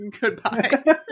Goodbye